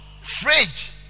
fridge